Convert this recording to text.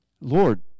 Lord